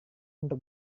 untuk